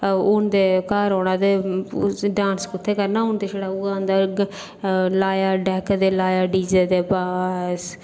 हून ते घर औना ते डांस कुत्थै करना हून ते छड़ा उ'ऐ होंदा लाया डैक ते लाया डीजे ते बस